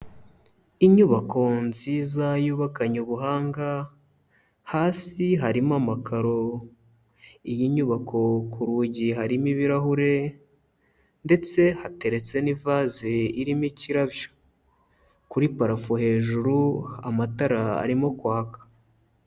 Inyubako nziza yubakanye ubuhanga, hasi harimo amakaro, iyi nyubako ku rugi harimo ibirahure ndetse hateretse n'ivaze irimo ikirabyo, kuri parafo hejuru amatara arimo kwaka.